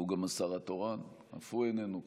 והוא גם השר התורן, אף הוא איננו כאן.